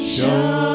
Show